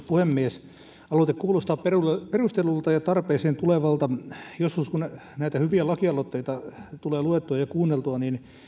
puhemies aloite kuulostaa perustellulta ja tarpeeseen tulevalta joskus kun näitä hyviä lakialoitteita tulee luettua ja kuunneltua